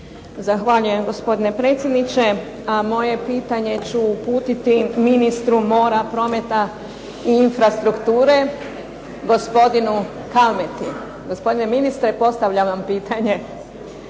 Zahvaljujem gospodine predsjedniče. A moje pitanje ću uputiti ministru mora, prometa i infrastrukture gospodinu Kalmeti. Gospodine ministre, postavljam vam pitanje.